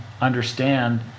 understand